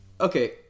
Okay